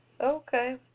Okay